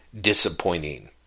disappointing